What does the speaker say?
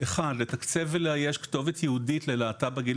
אחת לתקצב ולאייש כתובת ייעודית ללהט"ב בגיל